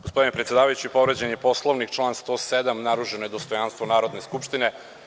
Gospodine predsedavajući, povređen je Poslovnik, član 107, narušeno je dostojanstvo Narodne skupštine.